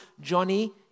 Johnny